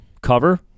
cover